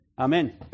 Amen